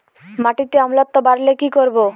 মাটিতে অম্লত্ব বাড়লে কি করব?